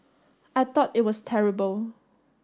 I thought it was terrible